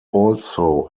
also